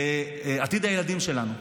של עתיד הילדים שלנו.